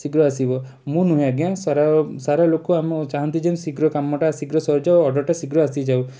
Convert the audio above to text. ଶୀଘ୍ର ଆସିବ ମୁଁ ନୁହେଁ ଆଜ୍ଞା ସାରା ସାରା ଲୋକ ଆମ ଚାହାଁନ୍ତି ଯେ ଶୀଘ୍ର କାମଟା ଶୀଘ୍ର ସରିଯାଉ ଅର୍ଡ଼ରଟା ଶୀଘ୍ର ଆସିଯାଉ